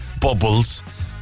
bubbles